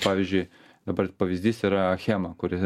pavyzdžiui dabar pavyzdys yra achema kuri